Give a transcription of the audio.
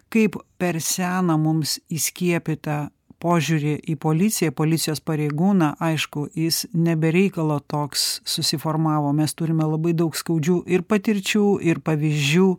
kaip per seną mums įskiepytą požiūrį į policiją policijos pareigūną aišku jis ne be reikalo toks susiformavo mes turime labai daug skaudžių ir patirčių ir pavyzdžių